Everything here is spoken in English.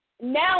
now